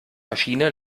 maschine